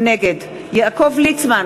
נגד יעקב ליצמן,